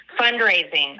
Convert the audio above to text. fundraising